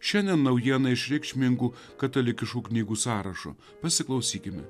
šiandien naujieną iš reikšmingų katalikiškų knygų sąrašo pasiklausykime